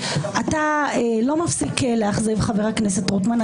אתה לא מפסיק לאכזב, חבר הכנסת רוטמן.